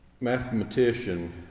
Mathematician